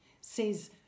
says